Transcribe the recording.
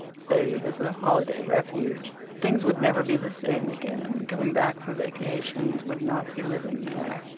save as a holiday refuge things would never be the same again coming back for vacations would not be living there.